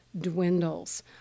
dwindles